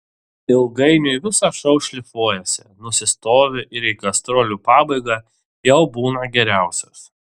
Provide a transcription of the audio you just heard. ilgainiui visas šou šlifuojasi nusistovi ir į gastrolių pabaigą jau būna geriausias